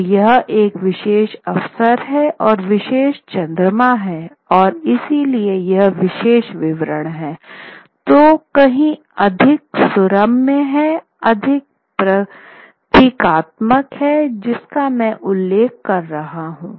तो यह एक विशेष अवसर है और विशेष चंद्रमा है और इसलिए यह विशेष विवरण है जो कहीं अधिक सुरम्य हैकहीं अधिक प्रतीकात्मक है जिसका मैं उल्लेख कर रहा हूं